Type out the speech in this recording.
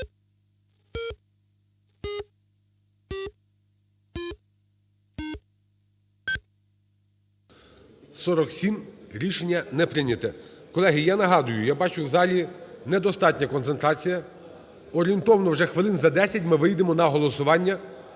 За-47 Рішення не прийнято. Колеги, я нагадую, я бачу, в залі недостатня концентрація. Орієнтовно вже хвилин за 10 ми вийдемо на голосування